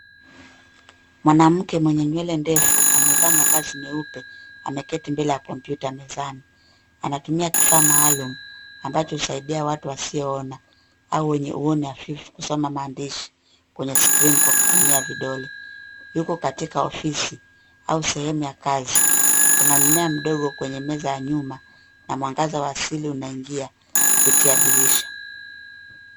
Mwanamke mwenye nywele ndefu, amevaa mavazi meupe. Ameketi mbele ya kompyuta mezani. Anatumia kifaa maaalum ambacho husaidia watu wasio ona au wenye uoni hafifu kusoma maandishi kwenye skrini kwa kutumia vidole. Yuko katika ofisi au sehemu ya kazi. Kuna mmea mdogo kwenye meza ya nyuma na mwangaza wa asili unaingia kupitia dirisha.